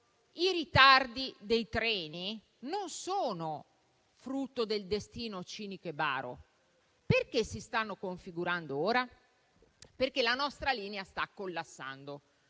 I ritardi dei treni non sono frutto del destino cinico e baro. Perché si stanno configurando ora? Perché la nostra linea sta collassando.